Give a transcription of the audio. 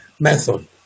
method